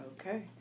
Okay